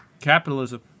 capitalism